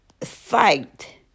fight